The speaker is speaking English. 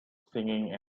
singing